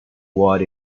what